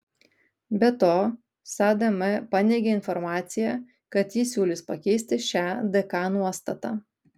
be to sadm paneigė informaciją kad ji siūlys pakeisti šią dk nuostatą